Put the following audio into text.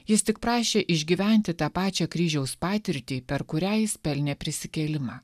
jis tik prašė išgyventi tą pačia kryžiaus patirtį per kurią jis pelnė prisikėlimą